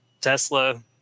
Tesla